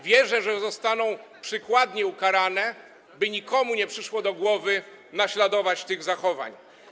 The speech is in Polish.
Wierzę, że zostaną przykładnie ukarane, by nikomu nie przyszło do głowy naśladowanie tych zachowań.